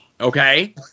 okay